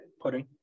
pudding